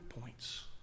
points